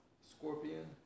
Scorpion